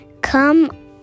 come